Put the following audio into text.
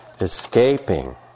escaping